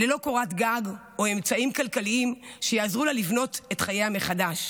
ללא קורת גג או אמצעים כלכליים שיעזרו לה לבנות את חייה מחדש.